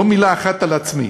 לא מילה אחת על עצמי,